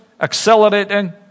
accelerating